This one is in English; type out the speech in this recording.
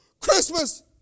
Christmas